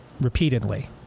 repeatedly